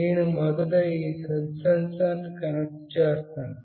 నేను మొదట ఈ టచ్ సెన్సార్ను కనెక్ట్ చేస్తాను